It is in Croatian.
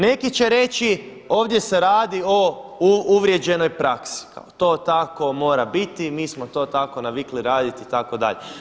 Neki će reći ovdje se radi o uvrijeđenoj praksi, kao to tako mora biti i mi smo to tako navikli raditi itd.